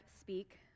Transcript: Speak